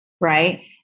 right